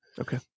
Okay